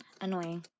annoying